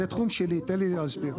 זה תחום שלי, תן לי להסביר.